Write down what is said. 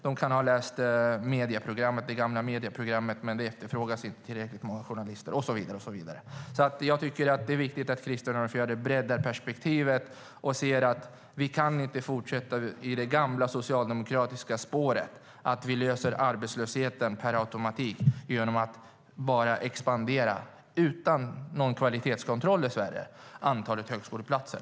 De kan ha läst det gamla medieprogrammet, men det efterfrågas inte tillräckligt många journalister. Jag tycker att Krister Örnfjäder ska bredda perspektivet och se att vi inte kan fortsätta i det gamla socialdemokratiska spåret. Vi löser inte arbetslösheten per automatik genom att utan kvalitetskontroll bara expandera antalet högskoleplatser.